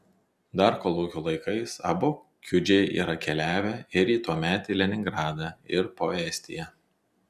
dar kolūkių laikais abu kiudžiai yra keliavę ir į tuometį leningradą ir po estiją